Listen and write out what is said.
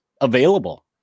available